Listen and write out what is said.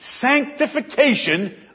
sanctification